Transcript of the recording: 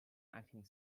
acting